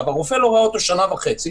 הרופא לא ראה אותו שנה וחצי.